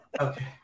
Okay